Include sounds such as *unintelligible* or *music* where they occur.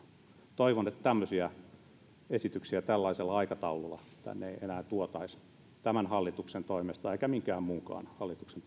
toivon että tämmöisiä esityksiä tällaisella aikataululla ei enää tuotaisi tänne tämän hallituksen toimesta eikä minkään muunkaan hallituksen *unintelligible*